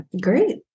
Great